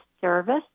service